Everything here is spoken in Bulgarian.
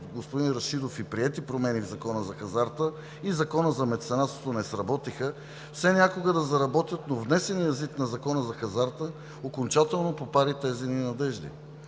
господин Рашидов и приети в Закона за хазарта и Закона за меценатството не сработиха, все някога да заработят, но внесеният ЗИД на Закона за хазарта окончателно попари тези ни надежди.